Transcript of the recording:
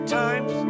times